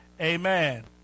Amen